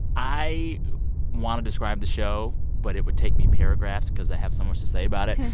i want to describe the show, but it would take me paragraphs because i have so much to say about it.